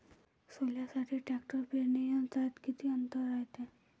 सोल्यासाठी ट्रॅक्टर पेरणी यंत्रात किती अंतर रायते?